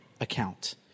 account